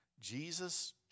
Jesus